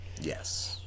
Yes